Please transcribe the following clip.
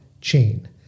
chain